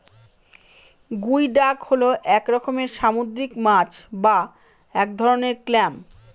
গুই ডাক হল এক রকমের সামুদ্রিক মাছ বা এক ধরনের ক্ল্যাম